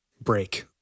break